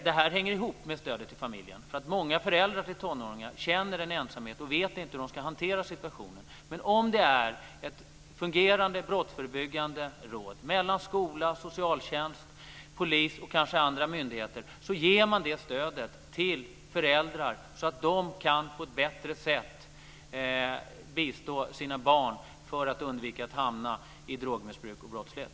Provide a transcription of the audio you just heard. Det här hänger ihop med stödet till familjen. Många föräldrar till tonåringar känner en ensamhet och vet inte hur de ska hantera situationen. Men om det finns ett fungerande brottsförebyggande råd mellan skola, socialtjänst, polis och kanske andra myndigheter ger man det stödet till föräldrar så att de på ett bättre sätt kan bistå sina barn för undvika att de ska hamna i drogmissbruk och brottslighet.